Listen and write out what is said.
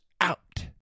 out